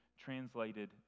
translated